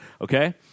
okay